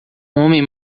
homem